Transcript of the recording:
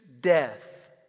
death